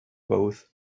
both